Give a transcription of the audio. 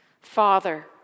Father